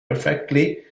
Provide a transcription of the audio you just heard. perfectly